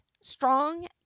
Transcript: strong